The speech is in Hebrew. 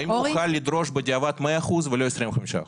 האם הוא יוכל לדרוש בדיעבד 100% ולא 25%?